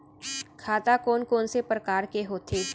खाता कोन कोन से परकार के होथे?